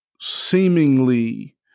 seemingly